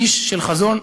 איש של חזון,